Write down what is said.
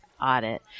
audit